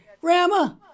Grandma